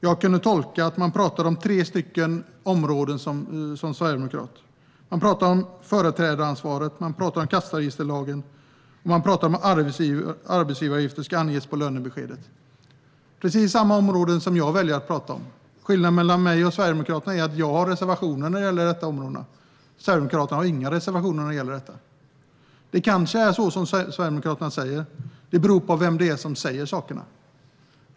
Som jag tolkade det talade de om tre områden: företrädaransvaret, kassaregisterlagen och att arbetsgivaravgifter ska anges på lönebeskedet. Det är precis samma områden som jag väljer att tala om. Skillnaden mellan mig och Sverigedemokraterna är att jag har reservationer på dessa områden medan Sverigedemokraterna inte har några. Det kanske är som Sverigedemokraterna säger: Det beror på vem det är som säger saker.